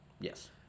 yes